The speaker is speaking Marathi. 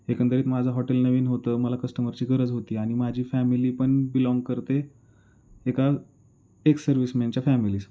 एकंदरीत माझं हॉटेल नवीन होतं मला कस्टमरची गरज होती आणि माझी फॅमिली पण बिलॉंग करते एका एक सर्विस मॅनच्या फॅमिलीस